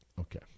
okay